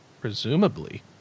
presumably